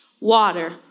water